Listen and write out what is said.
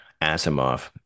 Asimov